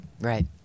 Right